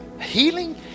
healing